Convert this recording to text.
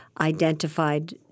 identified